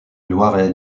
loiret